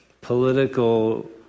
political